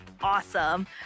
awesome